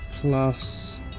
plus